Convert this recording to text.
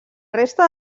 resta